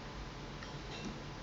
so ya ya